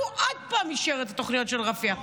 הוא עוד פעם אישר את התוכניות של רפיח.